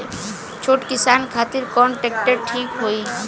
छोट किसान खातिर कवन ट्रेक्टर ठीक होई?